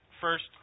First